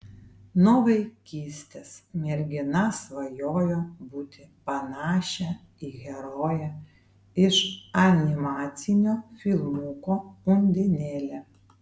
nuo vaikystės mergina svajojo būti panašia į heroję iš animacinio filmuko undinėlė